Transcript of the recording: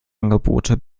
angebote